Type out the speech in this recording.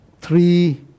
three